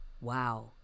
wow